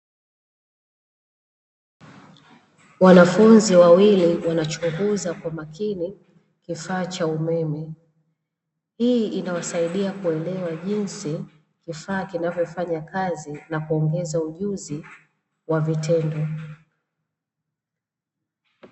Wanafunzi wawili wanachunguza kwa umakini kifaa cha umeme, hii inawasaidia kuelewa jinsi kifaa kinavyofanya kazi na kuongeza ujuzi wa vitendo.